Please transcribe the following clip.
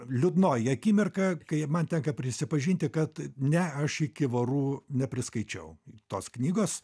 liūdnoji akimirka kai man tenka prisipažinti kad ne aš iki vorų nepriskaičiau tos knygos